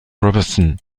robertson